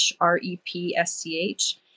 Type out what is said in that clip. r-e-p-s-c-h